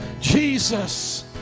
Jesus